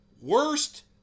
Worst